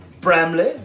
Bramley